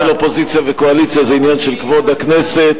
חבר הכנסת